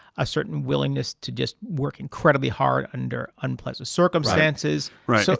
a certain willingness to just work incredibly hard under unpleasant circumstances, so